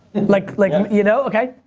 like, like um you know, ok?